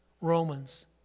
Romans